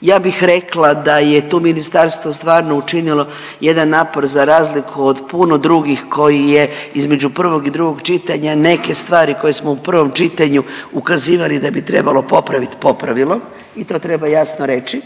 ja bih rekla da je tu ministarstvo stvarno učinilo jedan napor za razliku od puno drugih koji je između prvog i drugog čitanja neke stvari koje smo u prvom čitanju ukazivali da bi trebali popravit popravilo i to treba jasno reći